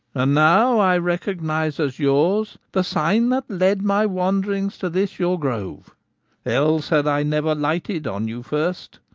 and now i recognize as yours the sign that led my wanderings to this your grove else had i never lighted on you first,